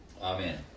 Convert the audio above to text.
Amen